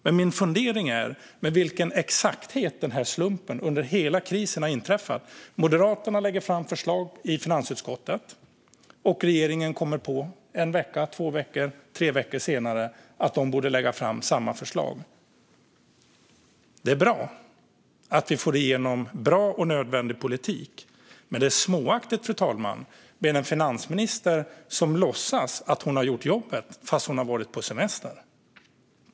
Men jag funderar ändå över med vilken exakthet samma slump har inträffat gång på gång under hela krisen: Moderaterna lägger fram förslag i finansutskottet, och regeringen lägger sedan fram ett likadant förslag två eller tre veckor senare. Det är bra att vi får igenom bra och nödvändig politik, men det är småaktigt med en finansminister som låtsas att hon har gjort jobbet fastän hon har varit på semester.